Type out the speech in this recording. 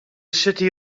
city